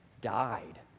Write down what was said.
died